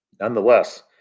Nonetheless